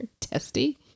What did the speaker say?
Testy